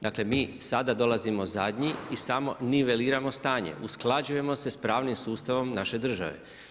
Dakle mi sada dolazimo zadnji i samo mi niveliramo stanje, usklađujemo se s pravnim sustavom naše države.